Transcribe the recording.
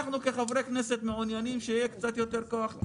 כחברי כנסת אנחנו מעוניינים שיהיה קצת יותר כוח.